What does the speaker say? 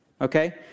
Okay